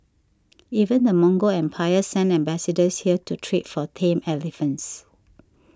even the Mongol empire sent ambassadors here to trade for tame elephants